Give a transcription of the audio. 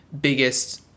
biggest